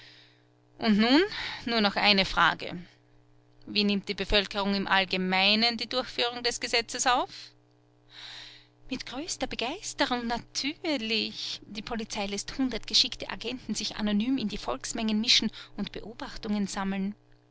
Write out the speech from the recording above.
und nun nur noch eine frage wie nimmt die bevölkerung im allgemeinen die durchführung des gesetzes auf mit größter begeisterung natürlich die polizei läßt hundert geschickte agenten sich anonym in die volksmengen mischen und beobachtungen sammeln